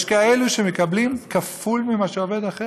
יש כאלו שמקבלים כפול מעובד אחר.